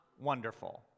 wonderful